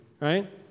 right